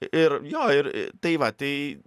ir jo ir tai va tai